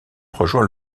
rejoint